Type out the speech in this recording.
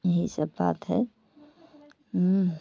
यही सब बात है